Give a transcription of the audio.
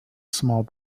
small